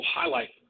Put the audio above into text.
highlight